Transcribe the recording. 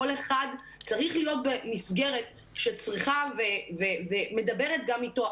כל אחד צריך להיות במסגרת שצריכה ומדברת גם איתו,